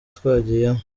twagiyemo